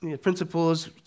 principles